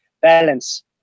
balance